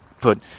put